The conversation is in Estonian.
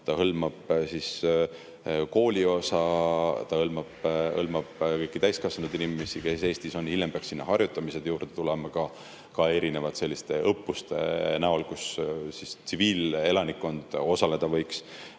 See hõlmab kooli osa ja hõlmab kõiki täiskasvanud inimesi, kes Eestis on. Hiljem peaks sinna harjutamised juurde tulema erinevate õppuste näol, milles tsiviilelanikkond osaleda võiks.